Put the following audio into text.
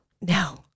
No